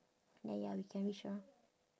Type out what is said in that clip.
then ya we can reach around